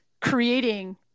creating